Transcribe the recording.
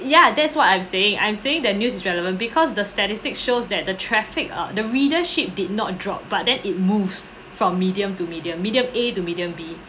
ya that's what I'm saying I'm saying the news is relevant because the statistic shows that the traffic uh the readership did not drop but then it moves from medium to medium medium a to medium b